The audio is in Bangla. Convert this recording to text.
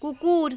কুকুর